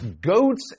Goats